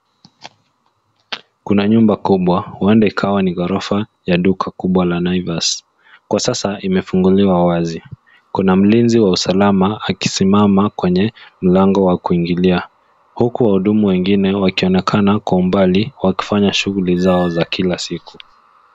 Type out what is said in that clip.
Kuna nyumba kubwa huenda ikawa ni ghorofa ya duka kubwa la Naivas. Kwa sasa imefunguliwa wazi. Kuna mlinzi wa usalama akisimama kwenye mlango wa kuingilia, huku wahudumu wengine wakionekana kwa umbali wakifanya shughuli zao za kila siku.